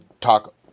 talk